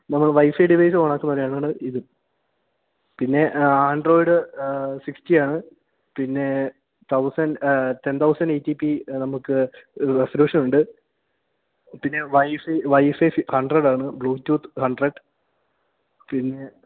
നമ്മൾ wifi device ഓണാക്കുന്നത് പോലെതന്നെയാണ് ഇതും പിന്നെ ആൻഡ്രോയിഡ് സിക്സ്റ്റി ആണ് പിന്നെ thousand ten thousand A T P നമുക്ക് റെസല്യൂഷനുണ്ട് പിന്നെ വൈഫൈ വൈഫൈ ഹണ്ട്രഡാണ് ബ്ലൂ ടൂത്ത് ഹണ്ട്രഡ് പിന്നെ